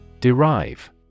Derive